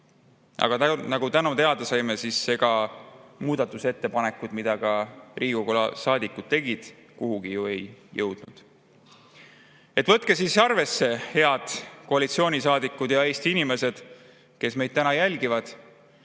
Aga nagu täna teada saime, ega muudatusettepanekud, mida Riigikogu [liikmed] tegid, kuhugi ju ei jõudnud. Võtke siis arvesse, head koalitsioonisaadikud ja Eesti inimesed, kes meid täna jälgivad: